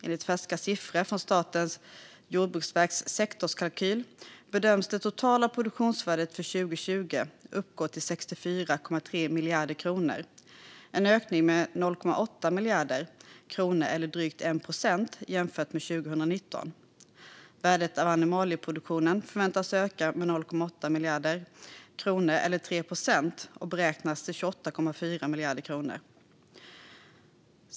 Enligt färska siffror från Statens jordbruksverks sektorskalkyl bedöms det totala produktionsvärdet för 2020 uppgå till 64,3 miljarder kronor - en ökning med 0,8 miljarder kronor, eller drygt 1 procent, jämfört med 2019. Värdet av animalieproduktionen förväntas öka med 0,8 miljarder kronor, eller 3 procent, och beräknas till 28,4 miljarder kronor.